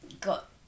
got